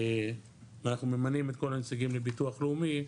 ואנחנו ממנים את כל הנציגים לביטוח לאומי,